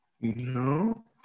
No